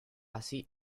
así